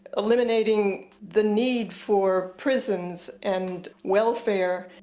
eliminating the need for prisons and welfare.